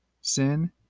Sin